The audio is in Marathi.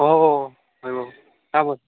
हो हो हो काय मग